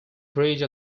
bridge